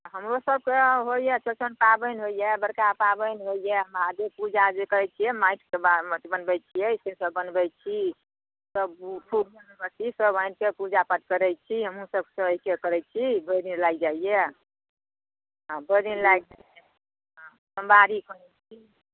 हमरो सबके ओएह होइए चौरचन पाबनि होइए बड़का पाबनि होइए महादेब पूजा जे करैत छियै माटिके बनबैत छियै से सब बनबैत छी सब खूब चीज सब आनिके पूजा पाठ करैत छी हमहुँ सब सहइ छी आ करैत छी भरि दिन लागि जाइए हँ भरि दिन लागि सोमबारी करैत छी